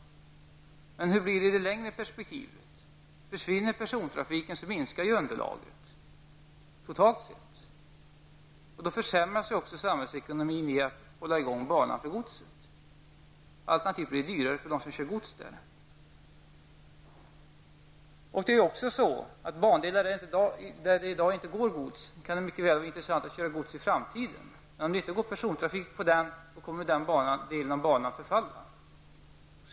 Men hur det blir det i det längre perspektivet? Om persontrafiken försvinner så minskar ju underlaget totalt sett. Då försämras också samhällsekonomin genom att man måste hålla i gång banan för godset. Alternativet är att det blir dyrare för dem som kör gods. Bandelar där det i dag inte fraktas gods, kan det mycket väl vara intressant att köra gods på i framtiden. Om persontrafiken försvinner på en del av banan så kommer den delen av banan förfalla.